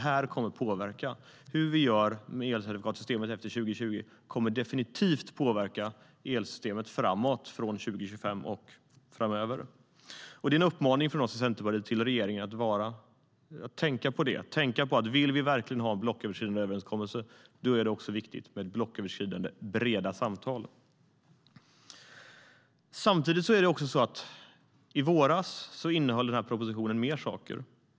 Hur vi gör med elcertifikatssystemet efter 2020 kommer definitivt att påverka elsystemet framåt, från 2025 och framöver. En uppmaning från Centerpartiet till regeringen är att tänka på att det är viktigt med blocköverskridande, breda samtal om man verkligen vill ha blocköverskridande överenskommelser. Den här propositionen innehöll fler saker i våras.